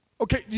Okay